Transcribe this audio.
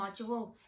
module